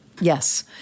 Yes